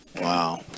Wow